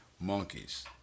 monkeys